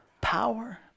Power